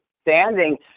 standing